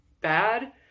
bad